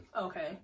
Okay